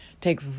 Take